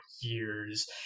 years